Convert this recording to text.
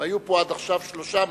היו פה עד עכשיו שלושה מהחברים.